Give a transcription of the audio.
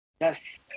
Yes